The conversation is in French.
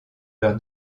leur